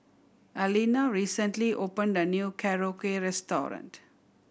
Allena recently opened a new Korokke Restaurant